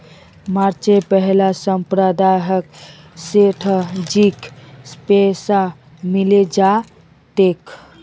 मार्चेर पहला सप्ताहत सेठजीक पैसा मिले जा तेक